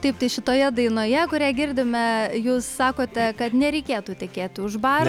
taip tai šitoje dainoje kurią girdime jūs sakote kad nereikėtų tekėti už bardo